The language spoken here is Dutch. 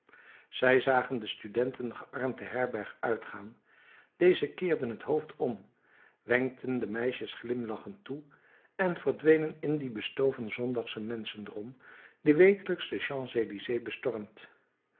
zij zagen de studenten gearmd de herberg uitgaan dezen keerden het hoofd om wenkten de meisjes glimlachend toe en verdwenen in dien bestoven zondagschen menschendrom die wekelijks de champs-elysées bestormt